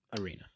Arena